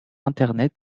internet